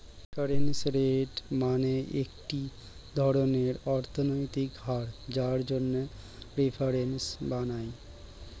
reference rate মানে একটি ধরনের অর্থনৈতিক হার যার জন্য রেফারেন্স বানায়